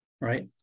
right